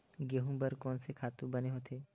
गेहूं बर कोन से खातु बने होथे?